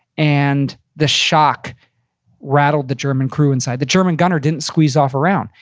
and the shock rattled the german crew inside. the german gunner didn't squeeze off a round.